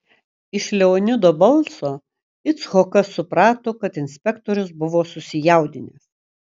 iš leonido balso icchokas suprato kad inspektorius buvo susijaudinęs